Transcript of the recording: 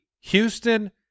Houston